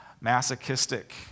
masochistic